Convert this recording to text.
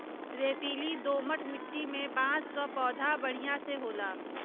रेतीली दोमट माटी में बांस क पौधा बढ़िया से होला